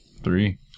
Three